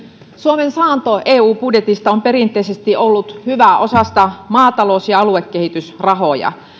suomen saanto eu budjetista on perinteisesti ollut hyvä osasta maatalous ja aluekehitysrahoja